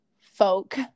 folk